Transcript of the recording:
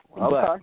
Okay